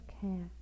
care